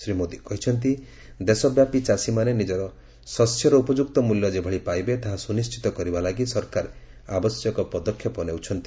ଶ୍ରୀ ମୋଦୀ କହିଛନ୍ତି ଦେଶବ୍ୟାପୀ ଚାଷୀମାନେ ନିଜ ଶସ୍ୟର ଉପଯୁକ୍ତ ମୂଲ୍ୟ ଯେଭଳି ପାଇବେ ତାହା ସୁନିଣ୍ଢିତ କରିବା ଲାଗି ସରକାର ଆବଶ୍ୟକ ପଦକ୍ଷେପ ନେଉଛନ୍ତି